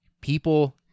People